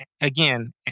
again